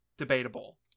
Debatable